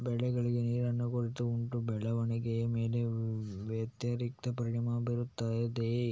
ಬೆಳೆಗಳಿಗೆ ನೀರಿನ ಕೊರತೆ ಉಂಟಾ ಬೆಳವಣಿಗೆಯ ಮೇಲೆ ವ್ಯತಿರಿಕ್ತ ಪರಿಣಾಮಬೀರುತ್ತದೆಯೇ?